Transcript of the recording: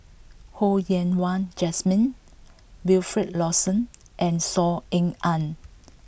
Ho Yen Wah Jesmine Wilfed Lawson and Saw Ean Ang